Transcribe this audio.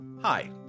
Hi